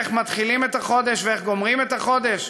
איך מתחילים את החודש ואיך גומרים את החודש?